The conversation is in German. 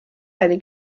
eine